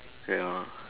ya